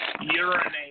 Urinate